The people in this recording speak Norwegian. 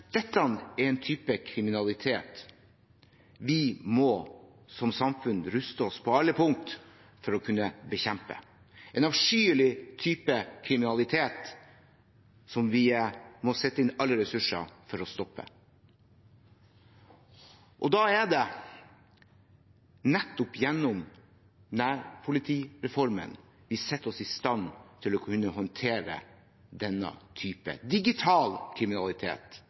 Dette er en type kriminalitet vi som samfunn må ruste oss på alle punkt for å kunne bekjempe, en avskyelig type kriminalitet, som vi må sette inn alle ressurser for å stoppe. Da er det nettopp gjennom nærpolitireformen vi setter oss i stand til å kunne håndtere denne typen digital kriminalitet